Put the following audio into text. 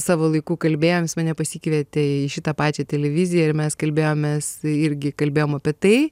savo laiku kalbėjom jis mane pasikvietė į šitą pačią televiziją ir mes kalbėjomės irgi kalbėjom apie tai